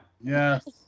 Yes